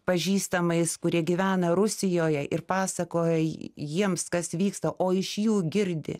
pažįstamais kurie gyvena rusijoje ir pasakoja jiems kas vyksta o iš jų girdi